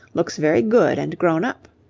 looks very good and grown-up.